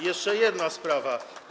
Jeszcze jedna sprawa.